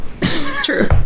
True